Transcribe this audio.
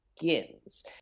begins